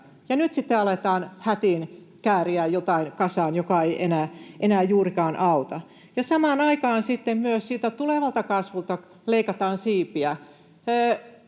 aletaan hätiin kääriä kasaan jotain, joka ei enää juurikaan auta. Samaan aikaan myös siltä tulevalta kasvulta leikataan siipiä.